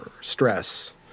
stress